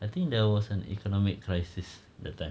I think there was an economic crisis that time